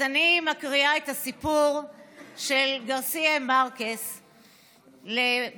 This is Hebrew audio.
אז אני מקריאה את הסיפור של גארסיה מארקס לבני,